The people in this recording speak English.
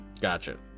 Gotcha